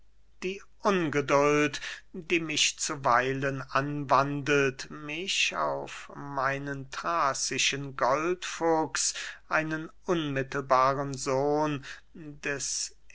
die ungeduld die mich zuweilen anwandelt mich auf meinen thrazischen goldfuchs einen unmittelbaren sohn des